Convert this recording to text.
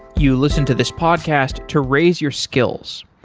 you listen to this podcast to raise your skills.